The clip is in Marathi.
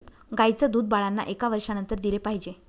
गाईचं दूध बाळांना एका वर्षानंतर दिले पाहिजे